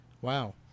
Wow